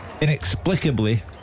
inexplicably